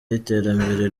y’iterambere